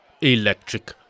electric